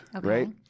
right